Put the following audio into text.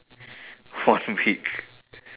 one week